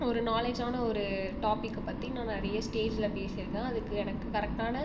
ஒரு நாலேஜான ஒரு டாப்பிக்கை பற்றி நான் நிறைய ஸ்டேஜில் பேசியிருக்கேன் அதுக்கு எனக்கு கரெக்ட்டான